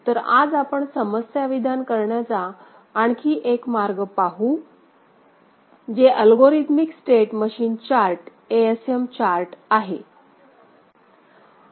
तर आज आपण समस्या विधान करण्याचा आणखी एक मार्ग पाहू जे algorithmic state machine chart ASM chart आहे